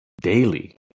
daily